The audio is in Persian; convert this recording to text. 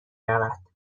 رود